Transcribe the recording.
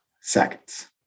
Seconds